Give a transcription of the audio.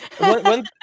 One